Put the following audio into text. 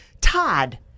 Todd